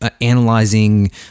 analyzing